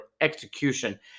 Execution